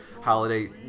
holiday